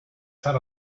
sat